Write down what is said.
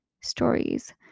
stories